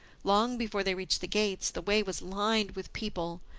long before they reached the gates the way was lined with people,